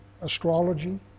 astrology